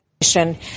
mission